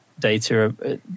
data